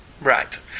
Right